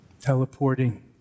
Teleporting